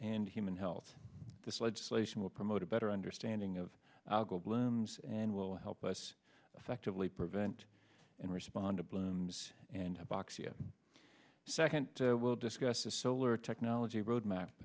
and human health this legislation will promote a better understanding of algal blooms and will help us affectively prevent and respond to blooms and a box the second will discuss the solar technology roadmap